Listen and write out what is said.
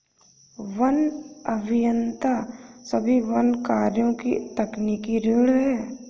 one अभियंता सभी वन कार्यों की तकनीकी रीढ़ हैं